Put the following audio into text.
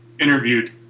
interviewed